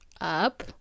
up